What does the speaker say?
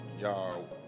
y'all